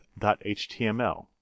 .html